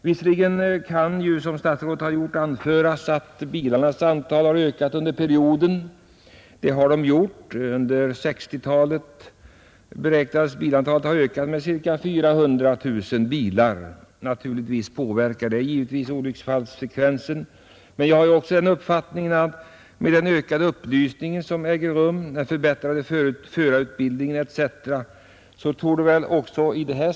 Visserligen kan man, som statsrådet har gjort, anföra att bilarnas antal har ökat under perioden — under 1960-talet beräknas antalet ha ökat med ca 400 000 bilar, och naturligtvis påverkar det olycksfallsfrekvensen. till statens vägverk för att öka trafiksäkerheten Men jag anser att man bör ta med i bilden den ökade upplysning och den förbättrade förarutbildning etc.